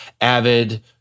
avid